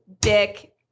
dick